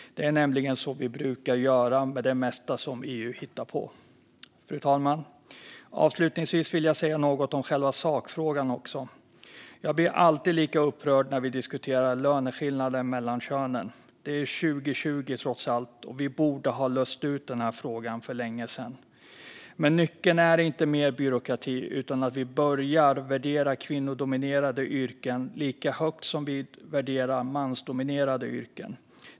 Det är nämligen så vi brukar göra med det mesta som EU hittar på. Fru talman! Avslutningsvis vill jag också säga något om själva sakfrågan. Jag blir alltid lika upprörd när vi diskuterar löneskillnader mellan könen. Det är trots allt 2020, och vi borde ha löst ut den här frågan för länge sedan. Men nyckeln är inte mer byråkrati utan att vi börjar värdera kvinnodominerade yrken lika högt som vi värderar mansdominerade yrken.